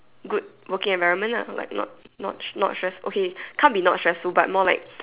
good working environment lah like not not not stress okay can't be not stressful but more like